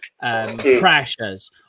pressures